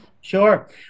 Sure